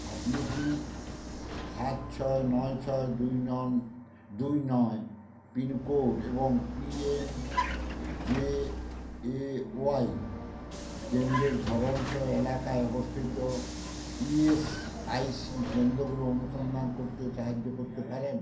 আপনি কি সাত ছয় নয় ছয় দুই নন দুই নয় পিনকোড এবং পিএম জেএওয়াই কেন্দ্রের ধরনসহ এলাকায় অবস্থিত ইএস আইসি কেন্দ্রগুলো অনুসন্ধান করতে সাহায্য করতে পারেন